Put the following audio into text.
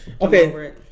Okay